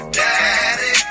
daddy